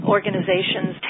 organizations